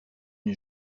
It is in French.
une